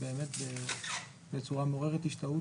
באמת בצורה מעוררת השתאות.